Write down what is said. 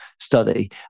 study